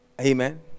Amen